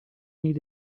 need